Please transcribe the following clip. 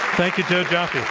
thank you joe joffe.